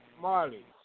Marley